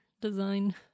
design